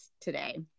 today